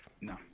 No